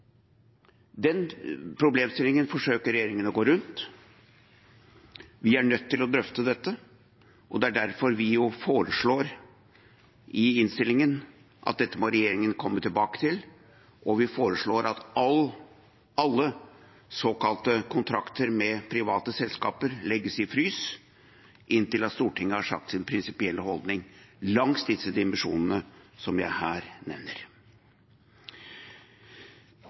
Den problemstillingen forsøker regjeringen å gå rundt. Vi er nødt til å drøfte dette. Det er derfor vi foreslår i innstillingen at dette må regjeringen komme tilbake til, og vi foreslår at alle såkalte kontrakter med private selskaper legges i frys inntil Stortinget har sagt sin prinsipielle holdning langs disse dimensjonene som jeg her nevner.